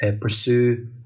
pursue